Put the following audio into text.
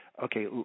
okay